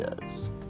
yes